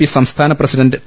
P സംസ്ഥാന president P